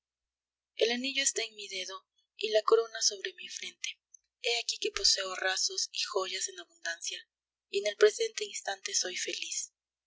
el anillo está en mi dedo y la corona sobre mi frente he aquí que poseo rasos y joyas en abundancia y en el presente instante soy feliz